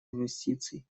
инвестиций